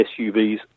suvs